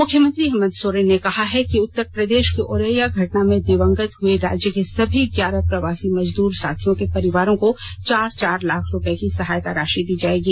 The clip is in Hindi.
मुख्यमंत्री हेमन्त सोरेन ने कहा है कि उत्तर प्रदेश के औरैया घटना में दिवंगत हुए राज्य के सभी ग्यारह प्रवासी मजदूर साथियों के परिवारों को चार चार लाख रुपये की सहायता राषि दी जाएगी